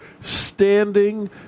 standing